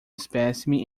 espécime